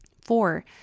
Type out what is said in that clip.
Four